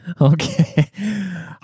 Okay